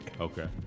Okay